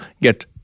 get